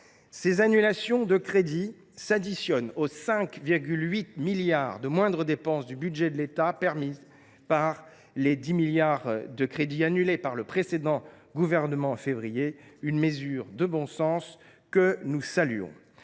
Ces annulations de crédits s’additionnent aux 5,8 milliards d’euros de moindres dépenses du budget général, permises par les 10 milliards d’euros de crédits annulés par le précédent gouvernement en février, une mesure de bon sens que nous saluons.